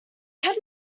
had